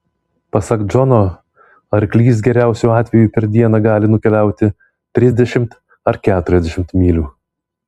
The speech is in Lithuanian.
pasak džono arklys geriausiu atveju per dieną gali nukeliauti trisdešimt ar keturiasdešimt mylių